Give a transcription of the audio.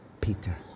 Peter